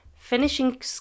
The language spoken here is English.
finishing